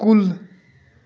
کُل